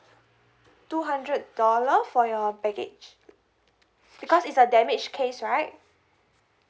two hundred dollar for your baggage because it's a damage case right